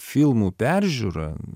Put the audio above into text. filmų peržiūra